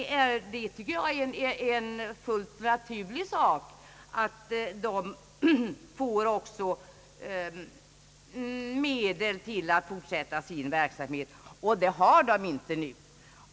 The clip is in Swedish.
Jag tycker att det är fullt naturligt att de under tiden får tillräckliga medel att fortsätta sin verksamhet — det har de inte nu.